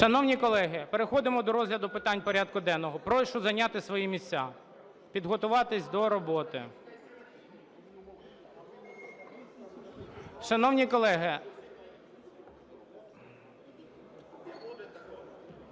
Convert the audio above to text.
Шановні колеги, переходимо до розгляду питань порядку денного. Прошу зайняти свої місця, підготуватися до роботи.